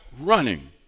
running